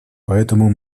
поэтому